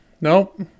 nope